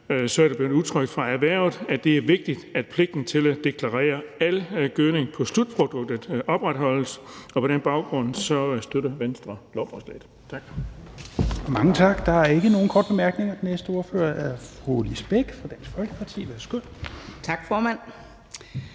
side er blevet udtrykt, at det er vigtigt, at pligten til at deklarere al gødningen på slutproduktet opretholdes, og på den baggrund støtter Venstre lovforslaget.